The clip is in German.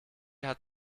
hat